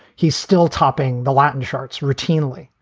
he's still topping the latin charts routinely.